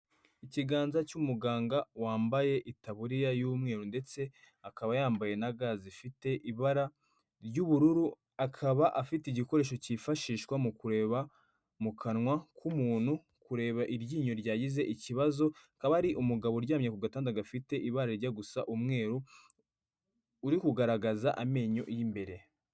Ikiganza cy'umuganga wambaye itaburiya y'umweru ndetse akaba yambaye na ga zifite ibara ry'ubururu, akaba afite igikoresho cyifashishwa mu kureba mu kanwa k'umuntu kureba iryinyo ryagize ikibazo, hakaba hari ari umugabo uryamye ku gatanda gafite ibara rijya gusa umweru uri kugaragaza amenyo y'imbere.